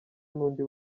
n’undi